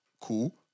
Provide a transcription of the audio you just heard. cool